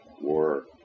war